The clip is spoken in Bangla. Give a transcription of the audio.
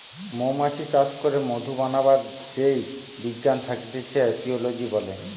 মৌমাছি চাষ করে মধু বানাবার যেই বিজ্ঞান থাকতিছে এপিওলোজি বলে